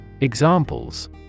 Examples